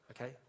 okay